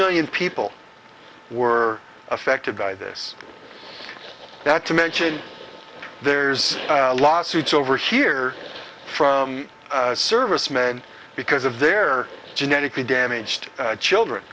million people were affected by this not to mention there's lawsuits over here from servicemen because of their genetically damaged children